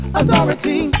authority